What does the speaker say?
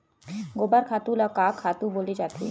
गोबर खातु ल का खातु बोले जाथे?